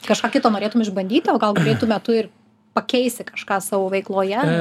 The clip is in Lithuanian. kažką kito norėtum išbandyti gal greitu metu ir pakeisi kažką savo veikloje